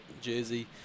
jersey